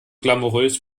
glamourös